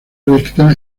recta